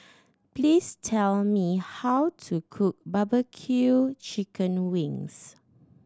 please tell me how to cook barbecue chicken wings